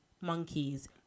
monkeys